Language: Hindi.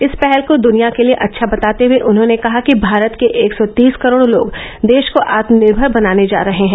इस पहल को दुनिया के लिए अच्छा बताते हुए उन्होंने कहा कि भारत के एक सौ तीस करोड़ लोग देश को आत्मनिर्भर बनाने जा रहे हैं